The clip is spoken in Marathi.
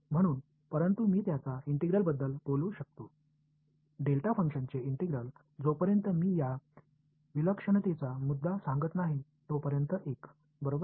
म्हणून परंतु मी त्याच्या इंटिग्रलबद्दल बोलू शकतो डेल्टा फंक्शनचे इंटिग्रल जोपर्यंत मी या विलक्षणतेचा मुद्दा सांगत नाही तोपर्यंत 1 बरोबर आहे